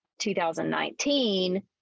2019